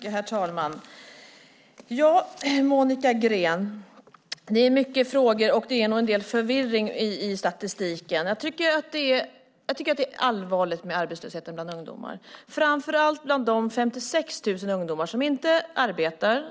Herr talman! Det är många frågor och en del förvirring i statistiken, Monica Green. Det är allvarligt med arbetslösheten bland ungdomar, framför allt bland de 56 000 ungdomar som varken arbetar,